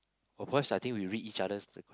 of course I think we read each others